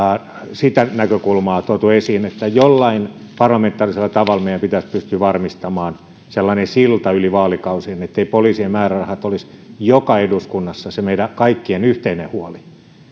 sitä näkökulmaa on tuotu esiin että jollain parlamentaarisella tavalla meidän pitäisi pystyä varmistamaan sellainen silta yli vaalikausien etteivät poliisien määrärahat olisi joka eduskunnassa se meidän kaikkien yhteinen huoli